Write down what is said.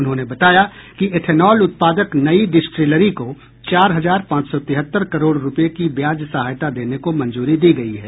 उन्होंने बताया कि एथेनॉल उत्पादक नई डिस्ट्रिलरी को चार हजार पांच सौ तिहत्तर करोड़ रुपये की ब्याज सहायता देने को मंजूरी दी गई है